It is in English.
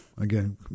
again